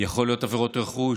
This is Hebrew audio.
זה יכול להיות עבירות רכוש,